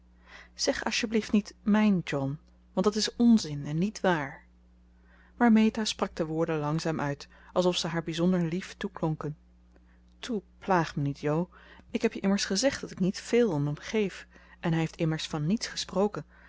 zeg alstjeblieft niet mijn john want dat is onzin en niet waar maar meta sprak de woorden langzaam uit alsof ze haar bijzonder lief toeklonken toe plaag me niet jo ik heb je immers gezegd dat ik niet veel om hem geef en hij heeft immers van niets gesproken